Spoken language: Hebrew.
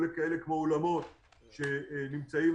או למשל אולמות שנמצאים,